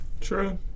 True